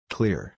Clear